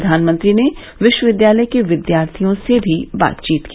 प्रधानमंत्री ने विश्वविद्यालय के विद्यार्थियों से बातचीत भी की